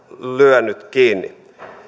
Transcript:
lyönyt kiinni